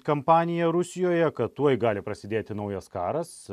kampanija rusijoje kad tuoj gali prasidėti naujas karas